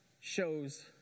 shows